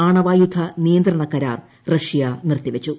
ആണവായുധ നിയന്ത്രണ കരാർ റഷ്യ നിർത്തിവച്ചു